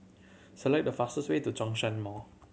select the fastest way to Zhongshan Mall